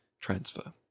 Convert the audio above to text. transfer